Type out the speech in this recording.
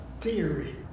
theory